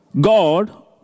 God